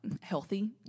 healthy